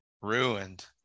ruined